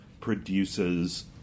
produces